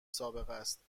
سابقست